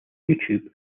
youtube